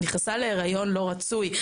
נכנסה להיריון לא רצוי,